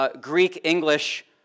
Greek-English